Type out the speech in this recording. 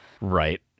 right